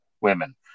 women